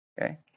Okay